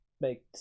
make